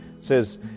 says